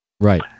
Right